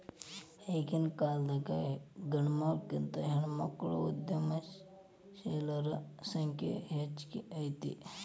ಈಗಿನ್ಕಾಲದಾಗ್ ಗಂಡ್ಮಕ್ಳಿಗಿಂತಾ ಹೆಣ್ಮಕ್ಳ ಉದ್ಯಮಶೇಲರ ಸಂಖ್ಯೆ ಹೆಚ್ಗಿ ಐತಿ